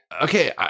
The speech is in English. okay